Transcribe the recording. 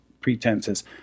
pretenses